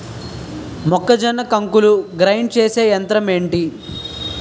మొక్కజొన్న కంకులు గ్రైండ్ చేసే యంత్రం ఏంటి?